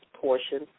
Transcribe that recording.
portion